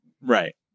Right